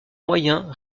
moyen